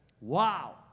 Wow